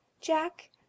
Jack